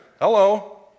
Hello